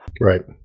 Right